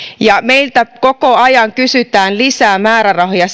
meiltä kysytään koko ajan lisää määrärahoja